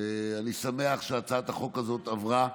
אני שמח שהצעת החוק הזאת עברה.